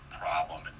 problem